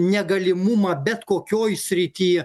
negalimumą bet kokioj srity